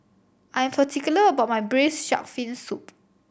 I am particular about my braise shark fin soup